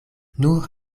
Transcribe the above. nur